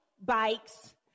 bikes